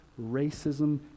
racism